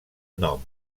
nom